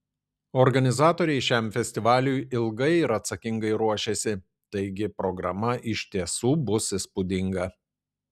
organizatoriai šiam festivaliui ilgai ir atsakingai ruošėsi taigi programa iš tiesų bus įspūdinga